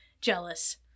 jealous